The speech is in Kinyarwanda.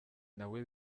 nawe